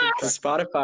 Spotify